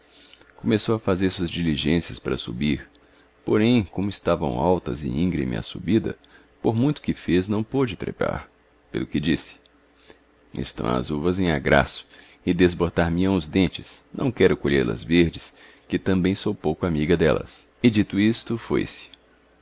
começou a fazer suas diligencias pa ra subir porém como estayaõ altas c íngreme a subida por muito que fez naõ pode trepar j pelo que tdisse estaó as ut em ágraço e desbotar meão os dentes não quero colhellas verdes que também sou pouco amiga delias e dito isto foi